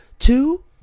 Two